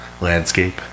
landscape